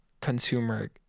consumer